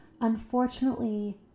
unfortunately